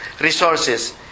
resources